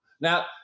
Now